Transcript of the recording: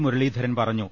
മുരളീധരൻ പറഞ്ഞു